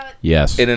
Yes